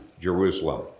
Jerusalem